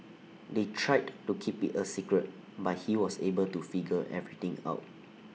they tried to keep IT A secret but he was able to figure everything out